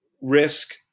risk